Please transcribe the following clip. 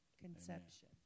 conception